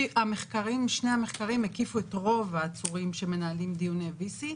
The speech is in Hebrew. שני המחקרים הקיפו את רוב העצורים שמנהלים דיוני VC,